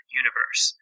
universe